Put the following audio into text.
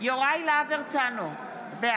יוראי להב הרצנו, בעד